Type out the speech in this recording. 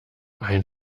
ein